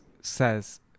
says